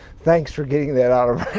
thanks for getting that out of